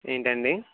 ఏంటండి